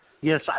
yes